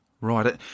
right